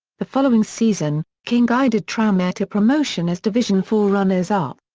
the following season, king guided tranmere to promotion as division four runners-up.